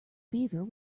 beaver